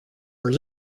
are